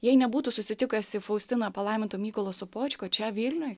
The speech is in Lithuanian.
jei nebūtų susitikęsi faustina palaiminto mykolo sopočko čia vilniuj